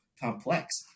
complex